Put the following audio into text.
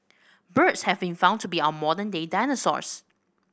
birds have been found to be our modern day dinosaurs